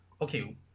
okay